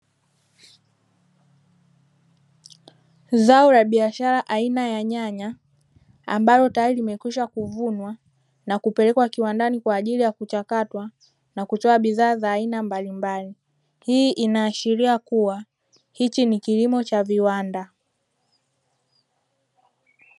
Zao la biashara aina ya nyanya, ambalo tayari limekwisha kuvunwa na kupelekwa kiwandani kwa ajili ya kuchakatwa na kutoa bidhaa za aina mbalimbali, hii inaashiria kuwa hichi ni kilimo cha viwanda.